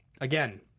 again